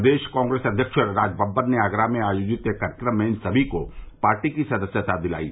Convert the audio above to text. प्रदेश कांग्रेस अध्यक्ष राजबब्बर ने आगरा में आयोजित एक कार्यक्रम में इन सभी को पार्टी की सदस्यता दिलायी